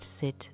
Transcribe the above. sit